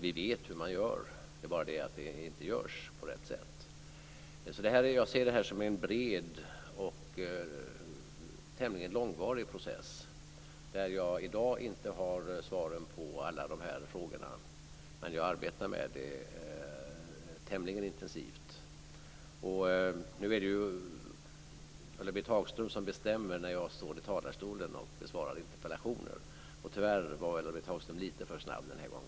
Vi vet hur man gör, men det görs inte på rätt sätt. Jag ser detta som en bred och tämligen långvarig process. Jag har i dag inte svaren på alla dessa frågor, men jag arbetar tämligen intensivt med dem. Nu är det ju Ulla-Britt Hagström som bestämmer när jag skall stå i talarstolen och besvara interpellationer. Tyvärr var Ulla-Britt Hagström lite för snabb denna gång.